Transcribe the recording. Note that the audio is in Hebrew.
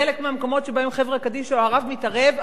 בחלק מהמקומות שבהם החברה קדישא או הרב מתערב,